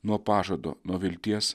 nuo pažado nuo vilties